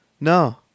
No